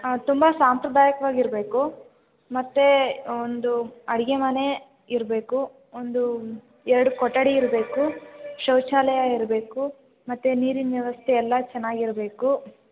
ಆಂ ತುಂಬ ಸಾಂಪ್ರದಾಯಿಕವಾಗಿರ್ಬೇಕು ಮತ್ತು ಒಂದು ಅಡಿಗೆ ಮನೆ ಇರಬೇಕು ಒಂದು ಎರಡು ಕೊಠಡಿ ಇರಬೇಕು ಶೌಚಾಲಯ ಇರಬೇಕು ಮತ್ತು ನೀರಿನ ವ್ಯವಸ್ಥೆಯೆಲ್ಲ ಚೆನ್ನಾಗಿರ್ಬೇಕು